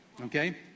Okay